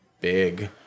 big